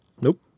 Nope